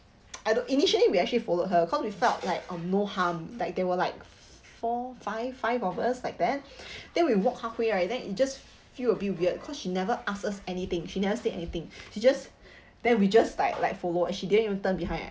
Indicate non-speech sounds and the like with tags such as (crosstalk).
(noise) I don't initially we actually followed her cause we felt like um no harm like there were like four five five of us like that (breath) then we walk halfway right then it just feel a bit weird cause she never ask us anything she never say anything (breath) she just (breath) then we just like like follow and she didn't even turn behind eh